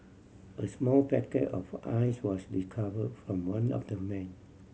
a small packet of Ice was recover from one of the men